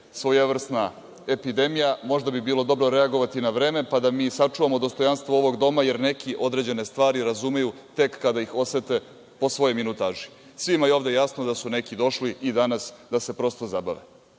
svojevrsna epidemija, možda bi bilo dobro reagovati na vreme, pa da mi sačuvamo dostojanstvo ovog doma, jer neki određene stvari razumeju tek kada ih osete po svojoj minutaži. Svima je ovde jasno da su neki došli i danas da se prosto zabave.